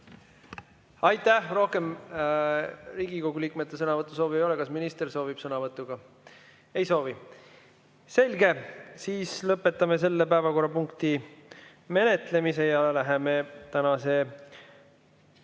Aitäh! Rohkem Riigikogu liikmetel sõnavõtusoovi ei ole. Kas minister soovib sõna võtta? Ei soovi. Selge. Siis lõpetame selle päevakorrapunkti menetlemise. Aitäh! Rohkem